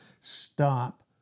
Stop